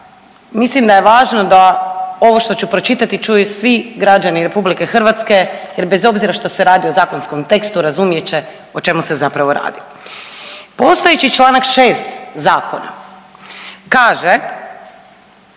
mislim da je važno da ovo što ću pročitati čuju svi građani RH, jer bez obzira što se radi o zakonskom tekstu, razumjet će o čemu se zapravo radi. Postojeći čl. 6 zakona kaže,